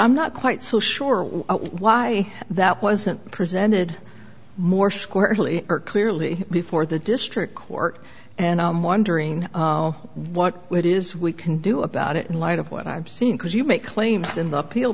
i'm not quite so sure why that wasn't presented more squarely or clearly before the district court and i'm wondering what it is we can do about it in light of what i'm seeing because you make claims in the appeal